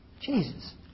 Jesus